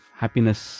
happiness